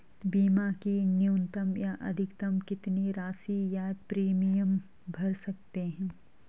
बीमा की न्यूनतम या अधिकतम कितनी राशि या प्रीमियम भर सकते हैं?